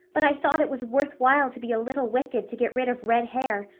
but i thought it was worth while to be a little wicked to get rid of red hair.